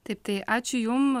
taip tai ačiū jum